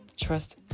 Trust